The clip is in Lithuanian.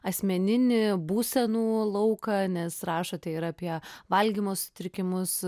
asmeninį būsenų lauką nes rašote ir apie valgymo sutrikimus